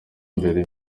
imbere